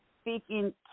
speaking